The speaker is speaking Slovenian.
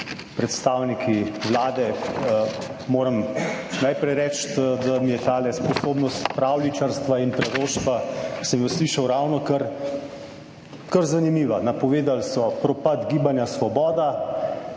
predstavniki Vlade. Moram najprej reči, da mi je ta sposobnost pravljičarstva in preroštva, sem jo slišal ravnokar, kar zanimiva. Napovedali so propad gibanja Svoboda,